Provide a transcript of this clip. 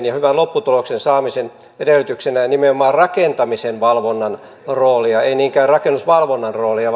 ja hyvän lopputuloksen saamisen edellytyksenä nimenomaan rakentamisen valvonnan roolia en niinkään rakennusvalvonnan roolia